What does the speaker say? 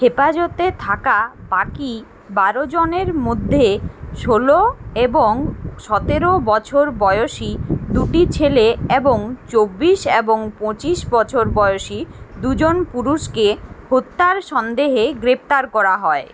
হেফাজতে থাকা বাকি বারো জনের মধ্যে ষোল এবং সতের বছর বয়সী দুটি ছেলে এবং চব্বিশ এবং পঁচিশ বছর বয়সী দুজন পুরুষকে হত্যার সন্দেহে গ্রেফতার করা হয়